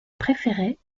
préférée